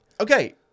okay